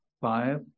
five